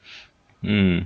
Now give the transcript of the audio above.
mm